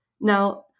Now